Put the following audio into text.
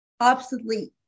obsolete